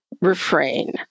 refrain